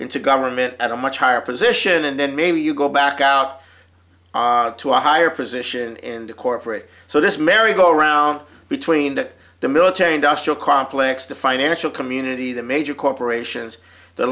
into government at a much higher position and then maybe you go back out to a higher position in the corporate so this merry go round between that the military industrial complex the financial community the major corporations the